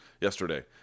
yesterday